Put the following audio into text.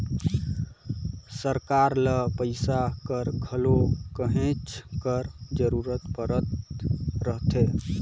सरकार ल पइसा कर घलो कहेच कर जरूरत परत रहथे